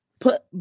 put